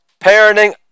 parenting